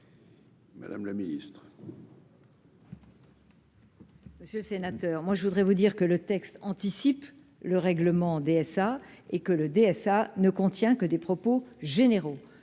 Madame la Ministre.